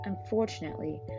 Unfortunately